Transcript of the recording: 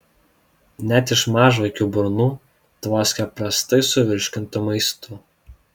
net iš mažvaikių burnų tvoskia prastai suvirškintu maistu